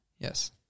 Yes